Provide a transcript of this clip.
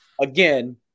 again –